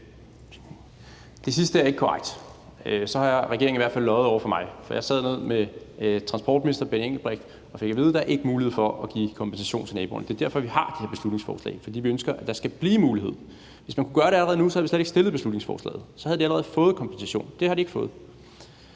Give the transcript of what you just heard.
Det sidste er ikke korrekt. Så har regeringen i hvert fald løjet over for mig, for jeg sad med transportminister Benny Engelbrecht og fik at vide, at der ikke er mulighed for at give kompensation til naboerne. Det er derfor, vi har fremsat det her beslutningsforslag, nemlig fordi vi ønsker, at der skal blive mulighed for det. Hvis man kunne gøre det allerede nu, havde vi slet ikke fremsat beslutningsforslaget; så havde de allerede fået kompensation. Det har de ikke fået.